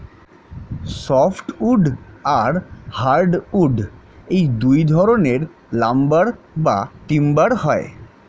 soft wood আর hard wood দুই ধরনের লাম্বার বা টিম্বার হয়